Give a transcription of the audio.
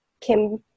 Kim